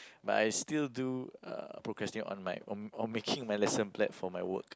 but I still do uh procrastinate on my on making my lesson plan for my work